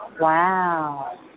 Wow